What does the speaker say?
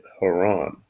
Haran